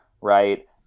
right